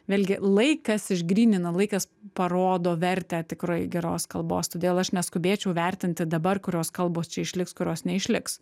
vėlgi laikas išgrynina laikas parodo vertę tikrai geros kalbos todėl aš neskubėčiau vertinti dabar kurios kalbos čia išliks kurios neišliks